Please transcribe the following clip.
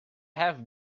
have